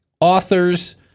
authors